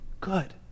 good